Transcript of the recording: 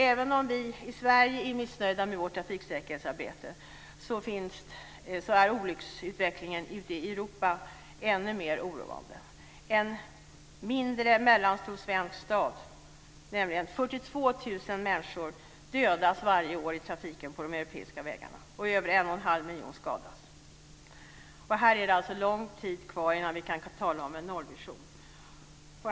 Även om vi i Sverige är missnöjda med vårt trafiksäkerhetsarbete är olycksutvecklingen ute i Europa ännu mer oroande. En mindre mellanstor svensk stad, nämligen 42 000 människor, dödas varje år i trafiken på de europeiska vägarna, och över en och en halv miljon skadas. Här är det alltså lång tid kvar innan vi kan tala om en nollvision.